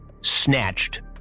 snatched